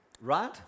Right